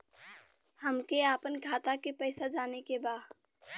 हमके आपन खाता के पैसा जाने के बा